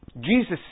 Jesus